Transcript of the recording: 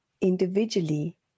individually